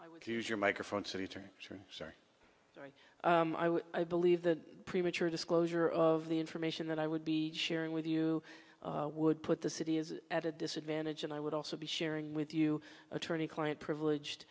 i would use your microphone city attorney sorry sorry sorry i believe the premature disclosure of the information that i would be sharing with you would put the city is at a disadvantage and i would also be sharing with you attorney client privilege